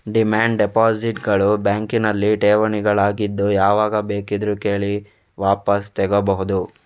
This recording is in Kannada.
ಡಿಮ್ಯಾಂಡ್ ಡೆಪಾಸಿಟ್ ಗಳು ಬ್ಯಾಂಕಿನಲ್ಲಿ ಠೇವಣಿಗಳಾಗಿದ್ದು ಯಾವಾಗ ಬೇಕಿದ್ರೂ ಕೇಳಿ ವಾಪಸು ತಗೋಬಹುದು